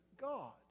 God